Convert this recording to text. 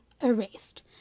erased